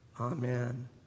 Amen